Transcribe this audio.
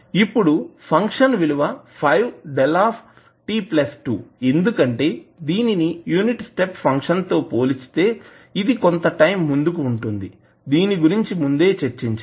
రెండవ ఫంక్షన్ విలువ 5 𝞭t2 ఎందుకంటే దీనిని యూనిట్ స్టెప్ ఫంక్షన్ తో పోల్చితే ఇది కొంత టైం ముందుకు ఉంటుంది దీని గురించి ముందే చర్చించాము